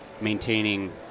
maintaining